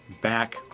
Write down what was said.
back